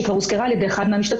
שכבר הוזכרה על ידי אחד מהמשתתפים,